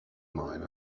mine